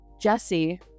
jesse